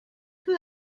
peu